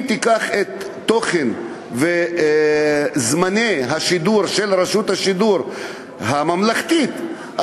אם תיקח את התוכן ואת זמני השידור של רשות השידור הממלכתית בערבית,